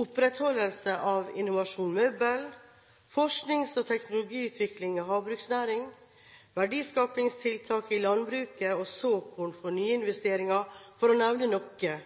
opprettholdelse av Innovasjon Møbel, forsknings- og teknologiutvikling i havbruksnæringen, verdiskapingstiltak i landbruket og såkornfond for nyinvesteringer, for å nevne noe,